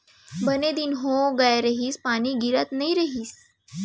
बने दिन हो गए रहिस, पानी गिरते नइ रहिस